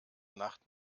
nacht